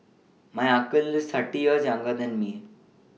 my uncle is thirty years younger than me